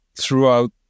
throughout